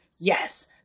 yes